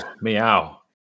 meow